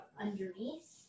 underneath